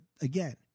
again